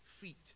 feet